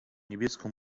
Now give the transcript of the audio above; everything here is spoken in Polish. niebieską